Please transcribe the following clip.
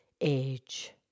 age